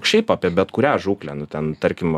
šiaip apie bet kurią žūklę nu ten tarkim